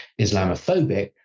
islamophobic